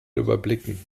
überblicken